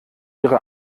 ihre